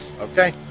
Okay